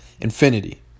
Infinity